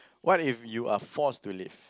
what if you are forced to leave